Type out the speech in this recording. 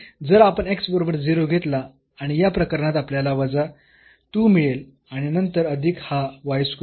आणि जर आपण x बरोबर 0 घेतला आणि या प्रकरणात आपल्याला वजा 2 मिळेल आणि नंतर अधिक हा y स्क्वेअर